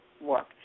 work